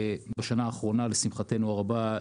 לשמחתנו הרבה,